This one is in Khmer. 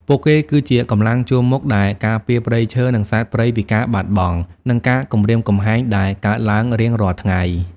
ពួកគេគឺជា កម្លាំងជួរមុខ ដែលការពារព្រៃឈើ និងសត្វព្រៃពីការបាត់បង់ និងការគំរាមកំហែងដែលកើតឡើងរៀងរាល់ថ្ងៃ។